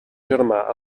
germà